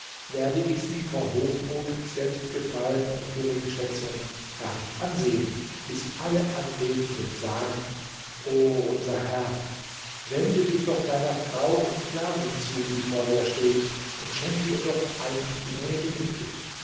werde ich sie vor hochmut selbstgefallen und geringschätzung gar nicht ansehen bis alle anwesenden sagen o unser herr wende dich doch deiner frau und sklavin zu die vor dir steht und schenke ihr doch einen gnädigen blick